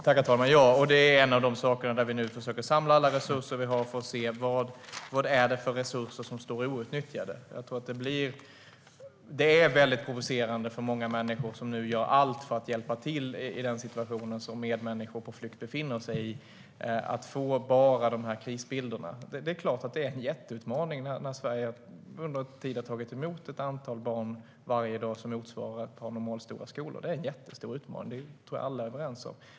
Herr talman! Det är ett av de områden där vi nu försöker samla alla resurser vi har för att se vilka resurser som står outnyttjade. För många människor som nu gör allt för att hjälpa till i den situation som medmänniskor på flykt befinner sig i är det mycket provocerande att få bara dessa krisbilder. Det är klart att det är en jätteutmaning när Sverige under en tid har tagit emot ett antal barn varje dag som motsvarar ett par normalstora skolor. Det är en jättestor utmaning, och det tror jag att alla är överens om.